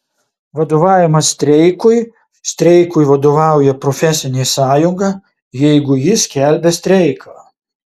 vadovavimas streikui streikui vadovauja profesinė sąjunga jeigu ji skelbia streiką